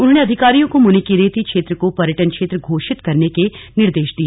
उन्होंने अधिकारियों को मुनि की रेती क्षेत्र को पर्यटन क्षेत्र घोषित करने के निर्देश दिए